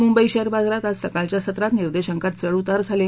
Mumbai share बाजारात आज सकाळच्या सत्रात निर्देशांकात चढ उतार झाले